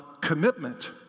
commitment